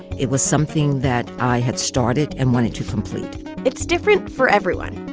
it was something that i had started and wanted to complete it's different for everyone,